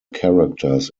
characters